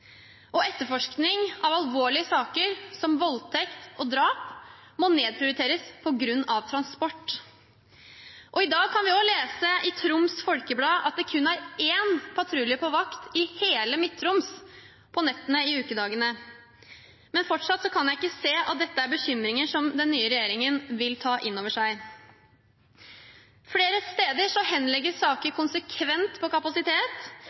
tidsrom. Etterforskning av alvorlige saker som voldtekt og drap må nedprioriteres på grunn av transport. I dag kan vi lese i Folkebladet at det kun er én patrulje på vakt i hele Midt-Troms på nettene i ukedagene. Men fortsatt kan jeg ikke se at dette er bekymringer som den nye regjeringen vil ta inn over seg. Flere steder henlegges saker konsekvent grunnet kapasitet,